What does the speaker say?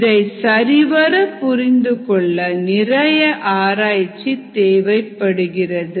இதை சரிவர புரிந்து கொள்ள நிறைய ஆராய்ச்சி தேவைப்படுகிறது